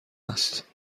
است